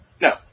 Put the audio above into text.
No